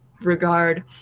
regard